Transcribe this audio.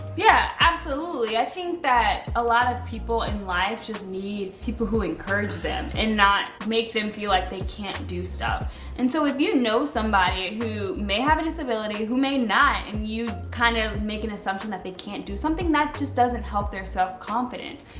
yeah, absolutely. i think that a lot of people in life just need people who encourage them and not make them feel like they can't do stuff. and so if you know somebody who may have a disability, who may not, and you kind of make an assumption that they can't do something that just doesn't help their self confidence.